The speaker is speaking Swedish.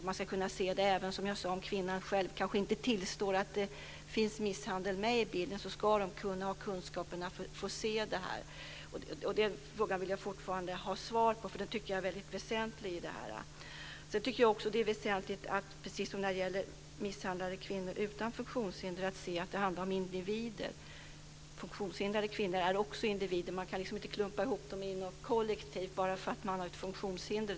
Man ska kunna se det även om kvinnan själv kanske inte tillstår att det finns misshandel med i bilden. Personalen måste ha kunskapen att se detta. Den frågan vill jag fortfarande ha ett svar på, för jag tycker den är väldigt väsentlig. Jag tycker också att det är väsentligt att se att det handlar om individer, precis som när det gäller misshandlade kvinnor utan funktionshinder. Funktionshindrade kvinnor är också individer. Man kan inte klumpa ihop dem i ett kollektiv bara för att de har ett funktionshinder.